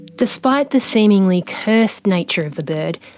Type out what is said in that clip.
despite the seemingly cursed nature of the bird,